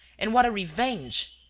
and what a revenge!